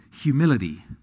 humility